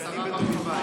השרה ברביבאי.